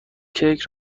کیک